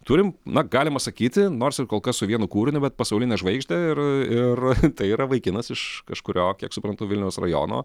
turim na galima sakyti nors ir kol kas su vienu kūriniu bet pasaulinę žvaigždę ir ir tai yra vaikinas iš kažkurio kiek suprantu vilniaus rajono